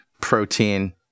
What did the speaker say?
protein